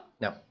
no